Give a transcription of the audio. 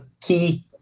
key